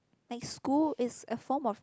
like school is a form of